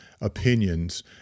opinions